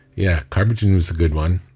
yeah, carbogen's a good one.